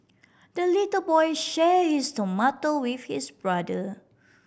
the little boy shared his tomato with his brother